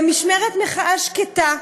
במשמרת מחאה שקטה,